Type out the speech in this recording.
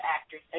actors